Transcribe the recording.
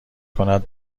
کند